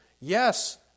Yes